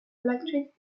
electric